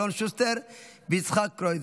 אלון שוסטר ויצחק קרויזר.